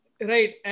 Right